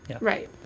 right